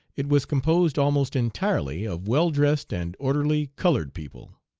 it was composed almost entirely of well-dressed and orderly colored people.